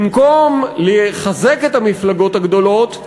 במקום לחזק את המפלגות הגדולות,